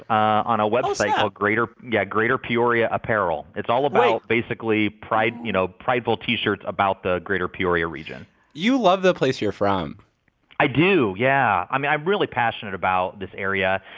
on a website called greater yeah greater peoria apparel. it's all about. wait. basically pride you know, prideful t-shirts about the greater peoria region you love the place you're from i do, yeah. i mean, i'm really passionate about this area.